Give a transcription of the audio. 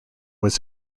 was